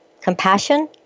compassion